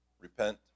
repent